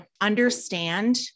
understand